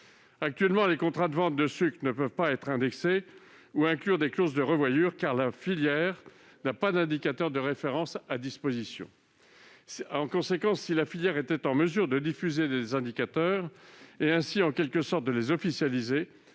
Actuellement, les contrats de vente de sucre ne peuvent ni être indexés ni inclure des clauses de revoyure, car la filière n'a pas d'indicateurs de référence à disposition. Si elle était en mesure de diffuser de tels indicateurs, et ainsi de les officialiser